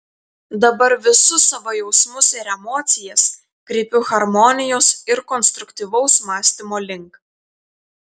dabar visus savo jausmus ir emocijas kreipiu harmonijos ir konstruktyvaus mąstymo link